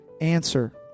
answer